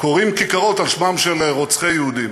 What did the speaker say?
קוראים כיכרות על שמם של רוצחי יהודים,